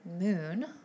moon